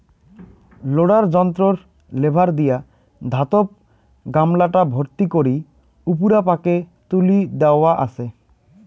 loader যন্ত্রর lever দিয়া ধাতব গামলাটা ভর্তি করি উপুরা পাকে তুলি দ্যাওয়া আচে